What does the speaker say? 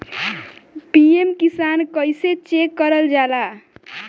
PM Kisan कइसे check करल जाला?